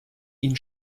ihn